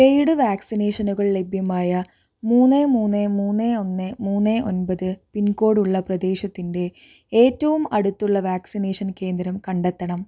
paid വാക്സിനേഷനുകൾ ലഭ്യമായ മൂന്ന് മൂന്ന് മൂന്ന് ഒന്ന് മൂന്ന് ഒമ്പത് പിൻകോഡുള്ള പ്രദേശത്തിൻ്റെ ഏറ്റവും അടുത്തുള്ള വാക്സിനേഷൻ കേന്ദ്രം കണ്ടെത്തണം